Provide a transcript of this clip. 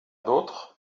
d’autres